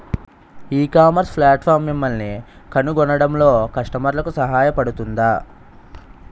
ఈ ecommerce platform మిమ్మల్ని కనుగొనడంలో కస్టమర్లకు సహాయపడుతుందా?